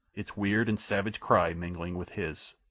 its weird and savage cry mingling with his.